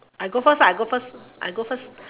I go first I go first I go first